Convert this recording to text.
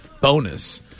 bonus